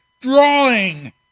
drawing